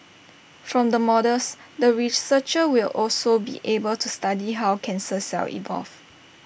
from the models the researchers will also be able to study how cancer cells evolve